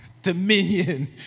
Dominion